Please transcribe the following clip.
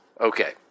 Okay